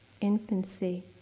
infancy